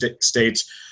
states